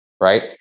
Right